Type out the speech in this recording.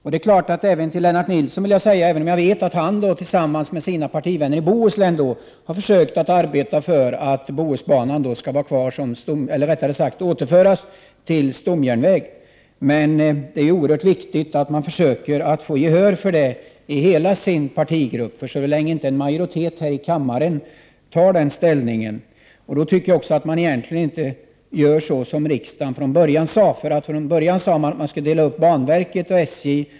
Även om jag vet att Lennart Nilsson tillsammans med sina partivänner i 123 Bohuslän har försökt att arbeta för att Bohusbanan skall återföras till stamjärnväg, vill jag säga till honom att det är oerhört viktigt att han försöker få gehör för den ståndpunkten i hela sin partigrupp så länge inte en majoritet här i kammaren har denna inställning. Från början sade man att man skulle dela upp järnvägen i banverket och SJ.